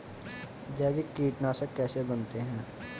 जैविक कीटनाशक कैसे बनाते हैं?